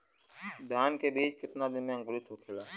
धान के बिज कितना दिन में अंकुरित होखेला?